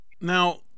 Now